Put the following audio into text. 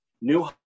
new